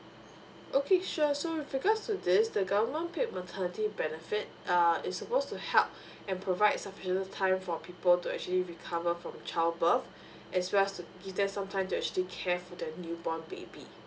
okay sure so with regards to this the government paid maternity benefit uh it's supposed to help and provides sufficient time for people to actually recover from child birth as well as to give them some time to actually care for their new born baby